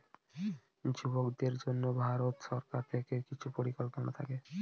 যুবকদের জন্য ভারত সরকার থেকে কিছু পরিকল্পনা থাকে